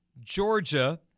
Georgia